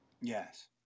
Yes